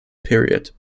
period